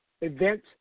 event